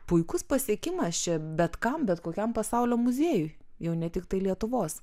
puikus pasiekimas čia bet kam bet kokiam pasaulio muziejui jau ne tiktai lietuvos